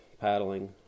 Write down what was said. paddling